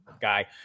guy